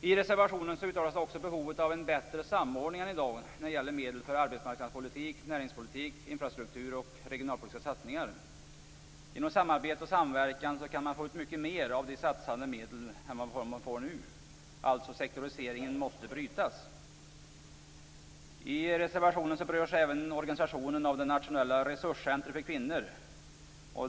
I reservationen uttalas också behovet av en bättre samordning än i dag när det gäller medel för arbetsmarknadspolitik, näringspolitik, infrastruktur och regionalpolitiska satsningar. Genom samarbete och samverkan kan man få ut mycket mer av de satsade medlen än vad man får nu. Alltså måste sektoriseringen brytas. I reservationen berörs även organisationen av det nationella resurscentret för kvinnor.